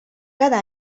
cada